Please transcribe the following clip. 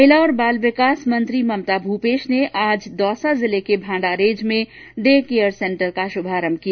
महिला और बाल विकास मंत्री ममता भूपेश ने आज दौसा जिले के भांडारेज में डे केयर सेंटर का शुभारंभ किया